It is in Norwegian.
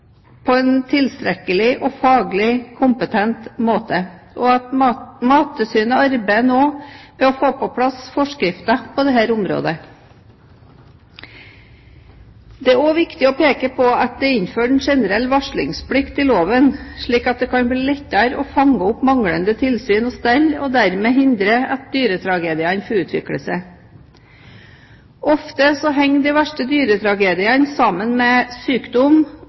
på en tilstrekkelig og faglig kompetent måte, og Mattilsynet arbeider nå med å få på plass forskrifter på dette området. Det er også viktig å peke på at det er innført en generell varslingsplikt i loven, slik at det kan bli lettere å fange opp manglende tilsyn og stell og dermed hindre at dyretragediene får utvikle seg. Ofte henger de verste dyretragediene sammen med sykdom